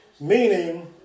Meaning